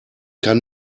kann